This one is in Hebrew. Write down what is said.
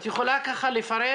את יכולה ככה לפרט?